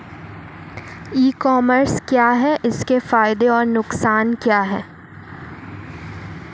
ई commerce क्या है इसके फायदे और नुकसान क्या है?